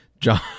John